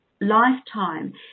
lifetime